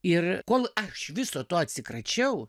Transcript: ir kol aš viso to atsikračiau